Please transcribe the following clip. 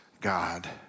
God